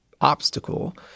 obstacle